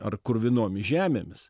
ar kruvinomis žemėmis